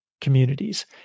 communities